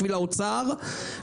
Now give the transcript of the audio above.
בשביל האוצר,